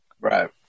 Right